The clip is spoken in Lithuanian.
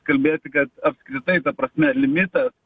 kalbėti kad apkritai ta prasme limitas